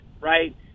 right